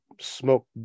smoke